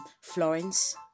florence